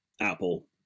apple